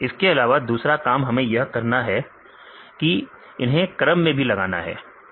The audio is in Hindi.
इसके अलावा दूसरा काम हमें यह करना है कि इन्हें क्रम में भी लगाना है